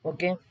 Okay